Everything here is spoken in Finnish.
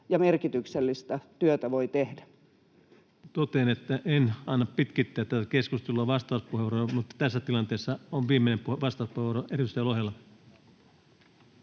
jossa merkityksellistä työtä voi tehdä. Totean, että en anna pitkittää tätä keskustelua vastauspuheenvuoroilla, mutta tässä tilanteessa on viimeinen vastauspuheenvuoro edustaja